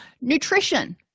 Nutrition